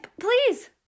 please